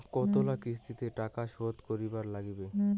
কতোলা কিস্তিতে টাকা শোধ করিবার নাগীবে?